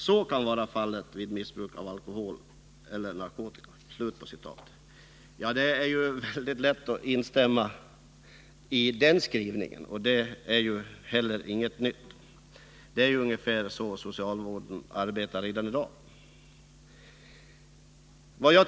Så kan vara fallet vid missbruk av alkohol eller narkotika.” Det är väldigt lätt att instämma i den skrivningen, och den innehåller inte heller något nytt. Ungefär så arbetar socialvården redan i dag.